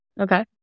Okay